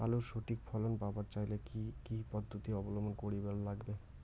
আলুর সঠিক ফলন পাবার চাইলে কি কি পদ্ধতি অবলম্বন করিবার লাগবে?